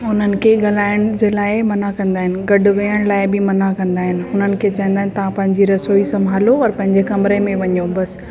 उन्हनि खे ॻाल्हाइण जे लाइ मना कंदा आहिनि गॾु विहण जे लाइ बि मना कंदा आहिनि हुननि खे चवंदा आहिनि तव्हां पंहिंजी रसोई संभालियो और पंहिंजे कमरे में वञो बसि